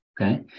Okay